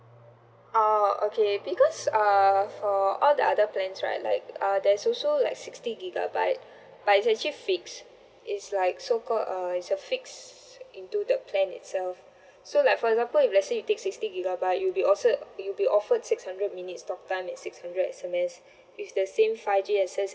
oh okay because uh for all the other plans right like uh there's also like sixty gigabyte but it's actually fix it's like so called uh it's a fixed into the plan itself so like for example if let say you take sixty gigabyte you'll be also you'll be offered six hundred minutes talk time six hundred S_M_S it's the same five G access